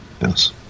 Yes